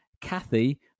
Kathy